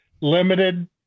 limited